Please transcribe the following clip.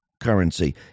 currency